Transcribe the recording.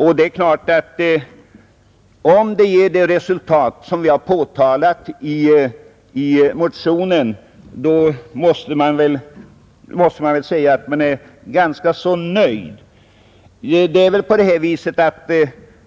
Om resultatet blir det som vi har påtalat i motionen måste man vara ganska nöjd.